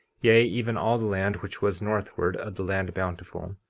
yea, even all the land which was northward of the land bountiful,